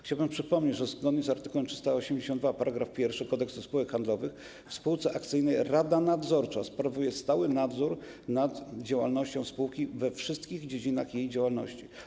Chciałbym przypomnieć, że zgodnie z art. 382 § 1 Kodeksu spółek handlowych w spółce akcyjnej rada nadzorcza sprawuje stały nadzór nad działalnością spółki we wszystkich dziedzinach jej działalności.